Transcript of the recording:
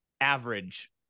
average